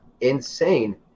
insane